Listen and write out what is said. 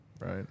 Right